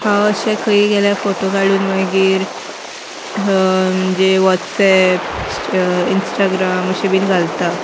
हांव अशें खंय गेल्या फोटो काडून मागीर म्हणजे वॉट्सएप इंस्टाग्राम अशे बीन घालता